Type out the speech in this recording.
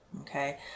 okay